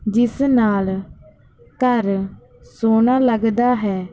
ਜਿਸ ਨਾਲ ਘਰ ਸੋਹਣਾ ਲੱਗਦਾ ਹੈ